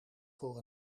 voor